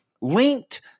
linked